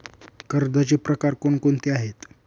कर्जाचे प्रकार कोणकोणते आहेत?